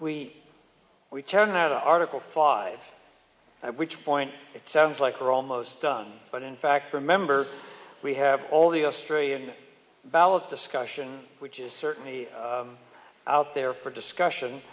we we turn now to article five which point it sounds like we're almost done but in fact remember we have all the australian ballots discussion which is certainly out there for discussion